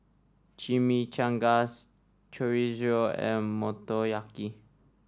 Chimichangas Chorizo and Motoyaki